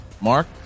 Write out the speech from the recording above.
Mark